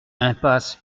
impasse